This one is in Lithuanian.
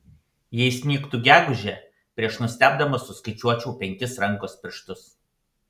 jei snigtų gegužę prieš nustebdamas suskaičiuočiau penkis rankos pirštus